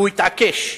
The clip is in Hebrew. הוא התעקש.